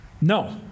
No